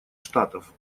штатов